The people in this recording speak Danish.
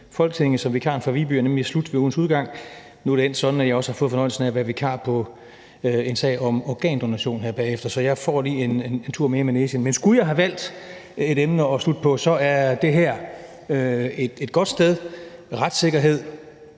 Folketinget som vikaren fra Viby er nemlig slut ved ugens udgang. Men nu er det endt sådan, at jeg også har fået fornøjelsen af at være vikar på en sag om organdonation her bagefter, så jeg får lige en tur mere i manegen. Men skulle jeg have valgt et emne at slutte på, så er det her – retssikkerhed,